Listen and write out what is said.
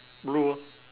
blue lor